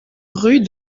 rue